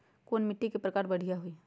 कोन मिट्टी के प्रकार बढ़िया हई?